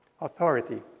Authority